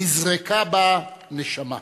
נזרקה בה נשמה,